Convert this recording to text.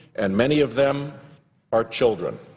and many of them are children.